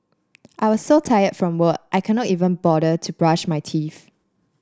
I was so tired from work I could not even bother to brush my teeth